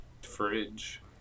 fridge